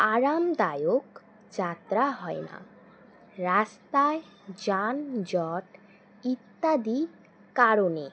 আরামদায়ক যাত্রা হয় না রাস্তায় যানজট ইত্যাদি কারণে